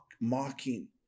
mocking